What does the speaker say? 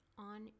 on